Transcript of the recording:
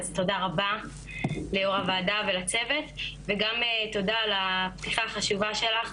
אז תודה רבה ליו"ר הוועדה ולצוות וגם תודה על לפתיחה החשובה שלך,